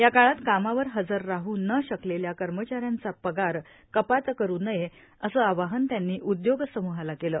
या काळात कामावर हजर राह न शकलेल्या कर्मचा यांचा पगार कपात करू नये असं आवाहन त्यांनी उदयोग समूहाला केलं